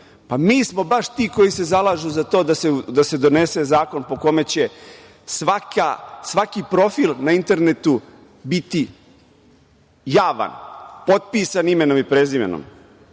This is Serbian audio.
Mi smo baš ti koji se zalažu za to da se donese zakon po kome će svaki profil na internetu biti javan, potpisan imenom i prezimenom,